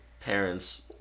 parent's